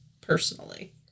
personally